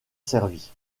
servie